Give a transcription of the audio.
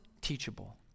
teachable